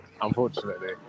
Unfortunately